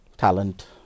talent